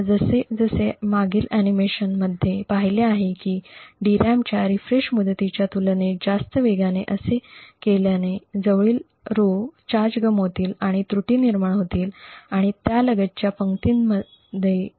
आता जसे आपण मागील अॅनिमेशनमध्ये पाहिले आहे की DRAM च्या रीफ्रेश मुदतीच्या तुलनेत जास्त वेगाने असे केल्याने जवळील पंक्ती चार्ज गमावतील आणि त्रुटी निर्माण होतील आणि त्यालगतच्या पंक्तींमध्ये येतील